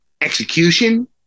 execution